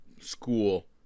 school